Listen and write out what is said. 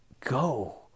Go